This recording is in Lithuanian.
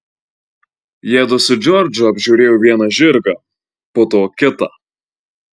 jiedu su džordžu apžiūrėjo vieną žirgą po to kitą